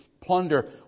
plunder